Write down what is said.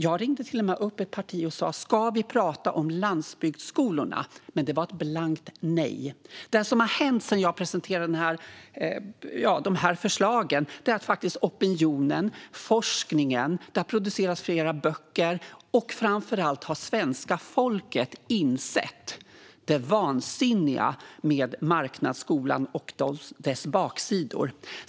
Jag ringde till och med upp ett parti och sa: Ska vi prata om landsbygdsskolorna? Men det blev ett blankt nej. Det som har hänt sedan jag presenterade de här förslagen är att opinionen har vänt. Forskningen har tittat på detta, det har producerats flera böcker och framför allt har svenska folket insett det vansinniga med marknadsskolan och dess baksidor.